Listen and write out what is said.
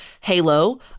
Halo